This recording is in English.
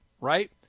right